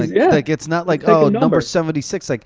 like yeah like it's not like, oh, number seventy six. like